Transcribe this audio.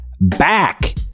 back